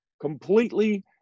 completely